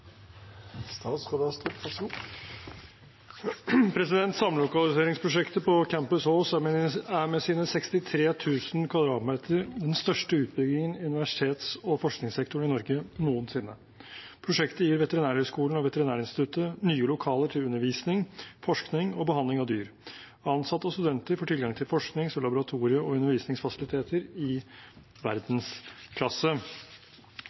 med sine 63 000 m2 den største utbyggingen i universitets- og forskningssektoren i Norge noensinne. Prosjektet gir Veterinærhøgskolen og Veterinærinstituttet nye lokaler til undervisning, forskning og behandling av dyr. Ansatte og studenter får tilgang til forsknings-, laboratorie- og undervisningsfasiliteter i